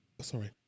Sorry